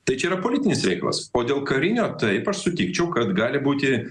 tai čia yra politinis reikalas o dėl karinio taip aš sutikčiau kad gali būti